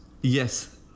Yes